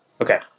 Okay